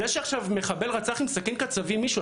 זה שעכשיו מחבל רצח עם סכין קצבים מישהו,